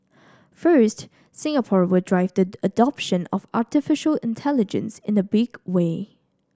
first Singapore will drive the adoption of artificial intelligence in the big way